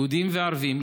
יהודים וערבים,